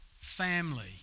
Family